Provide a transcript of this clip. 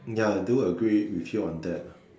ya I do agree with you on that lah